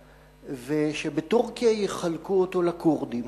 ושבטורקיה יחלקו אותו לכורדים.